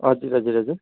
हजुर हजुर हजुर